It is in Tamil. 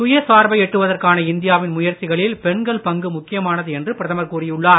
சுய சார்பை எட்டுவதற்கான இந்தியாவின் முயற்சிகளில் பெண்கள் பங்கு முக்கியமானது என்று பிரதமர் கூறியுள்ளார்